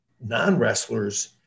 non-wrestlers